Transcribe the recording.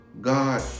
God